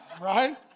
right